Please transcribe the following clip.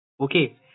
Okay